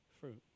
fruit